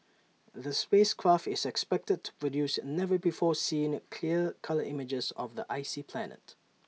the space craft is expected to produce never before seen clear colour images of the icy planet